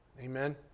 Amen